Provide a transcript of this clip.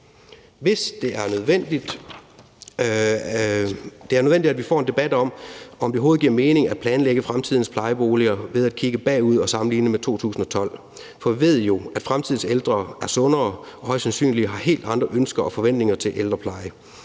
2012. Det er nødvendigt, at vi får en debat om, om det overhovedet giver mening at planlægge fremtidens plejeboliger ved at kigge bagud og sammenligne med 2012, for vi ved jo, at fremtidens ældre er sundere og højst sandsynligt har helt andre ønsker og forventninger til ældrepleje.